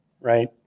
right